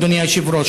אדוני היושב-ראש,